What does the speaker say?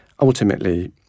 ultimately